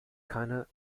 keine